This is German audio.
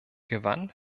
gewann